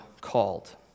called